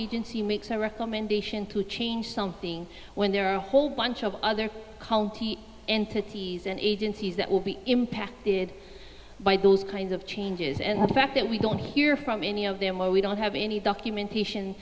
agency makes a recommendation to change something when there are a whole bunch of other entities and agencies that will be impacted by those kinds of changes and the fact that we don't hear from any of them or we don't have any documentation